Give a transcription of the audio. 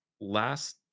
last